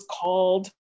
called